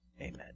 Amen